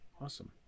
Awesome